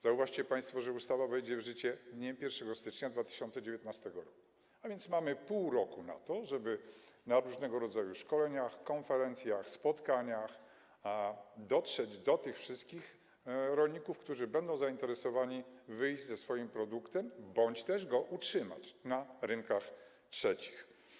Zauważcie państwo, że ustawa wejdzie w życie z dniem 1 stycznia 2019 r., a więc mamy pół roku na to, żeby na różnego rodzaju szkoleniach, konferencjach, spotkaniach dotrzeć do tych wszystkich rolników, którzy będą zainteresowani wyjściem ze swoim produktem bądź też utrzymaniem go na rynkach trzecich.